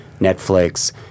Netflix